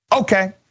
Okay